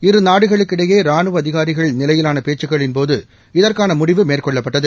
இரு நாடுகளுக்கு இடையே ராணுவ அதிகாரிகள் நிலையிலான பேச்சுக்களின்போது இதற்கான முடிவு மேற்கொள்ளப்பட்டது